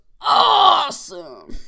awesome